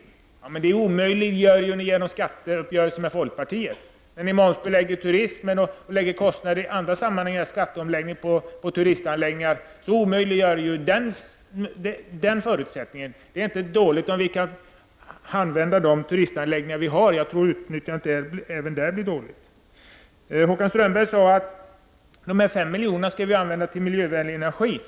Men ni socialdemokrater omöjliggör det genom skatteuppgörelsen med folkpartiet, när ni momsbelägger turismen och påför turistanläggningar andra kostnader. Det är bra om de turistanläggningar som finns kan användas, men jag tror att utnyttjandet även där blir dåligt. Håkan Strömberg sade vidare att 5 miljoner skall användas till miljövänlig energi.